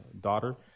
daughter